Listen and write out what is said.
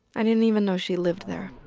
i didn't even know she lived there